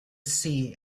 see